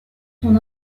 son